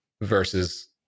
versus